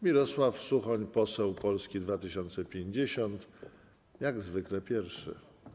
Mirosław Suchoń, poseł Polski 2050, jak zwykle pierwszy.